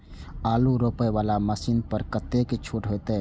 आलू रोपे वाला मशीन पर कतेक छूट होते?